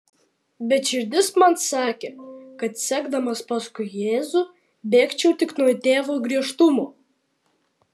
bet širdis man sakė kad sekdamas paskui jėzų bėgčiau tik nuo tėvo griežtumo